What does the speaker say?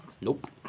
Nope